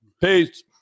Peace